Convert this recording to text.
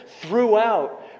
throughout